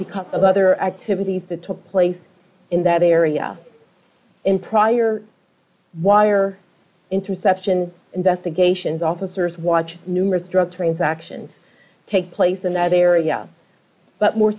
because of other activities that took place in that area in prior wire interception investigations officers watched numerous drug transactions take place in that area but more